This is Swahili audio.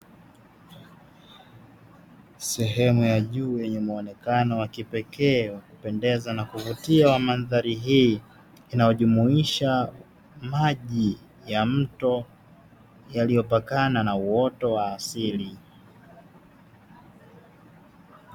Sehemu ya juu yenye muonekano wa kipekee wa kupendeza na kuvutia wa mandhari hii inayojumuisha maji ya mto yaliyopakana na uoto wa asili.